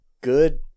good